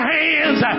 hands